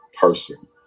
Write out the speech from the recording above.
person